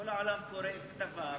כל העולם קורא את כתביו,